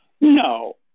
No